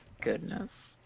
Goodness